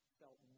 felt